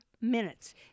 minutes